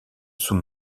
sous